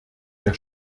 der